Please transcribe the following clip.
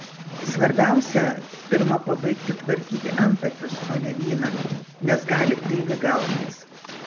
svarbiausia pirma pabaigti tvarkyti antakius o ne vyną nes gali kreivi gautis